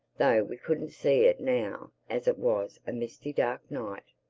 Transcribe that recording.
though we couldn't see it now as it was a misty dark night.